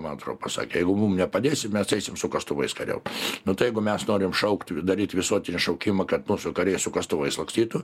man atrodo pasakė jeigu mum nepadėsi mes eisim su kastuvais kariaut nu tai jeigu mes norim šaukt daryt visuotinį šaukimą kad mūsų kariai su kastuvais lakstytų